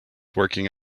working